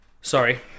sorry